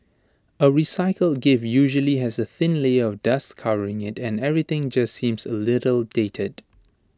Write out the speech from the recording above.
A recycled gift usually has A thin layer of dust covering IT and everything just seems A little dated